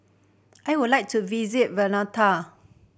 I would like to visit Vanuatu